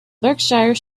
berkshire